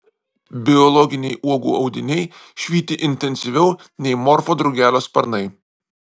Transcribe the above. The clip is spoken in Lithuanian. biologiniai uogų audiniai švyti intensyviau nei morfo drugelio sparnai